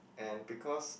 and because